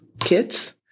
kits